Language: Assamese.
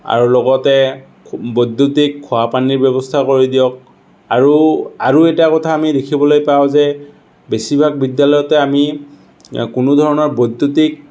আৰু লগতে বৈদ্যুতিক খোৱা পানীৰ ব্যৱস্থা কৰি দিয়ক আৰু আৰু এটা কথা আমি দেখিবলৈ পাওঁ যে বেছিভাগ বিদ্যালয়তে আমি কোনো ধৰণৰ বৈদ্যুতিক